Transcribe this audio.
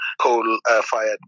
coal-fired